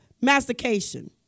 mastication